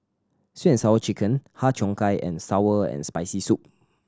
Sweet And Sour Chicken Har Cheong Gai and sour and Spicy Soup